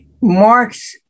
marx